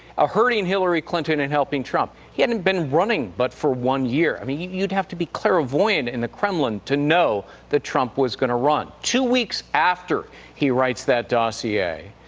ah hurting hillary clinton and helping trump. he hadn't been running but for one year. i mean you'd have to be clairvoyant in the kremlin, to know that trump was gonna run. two weeks after he writes that dossier,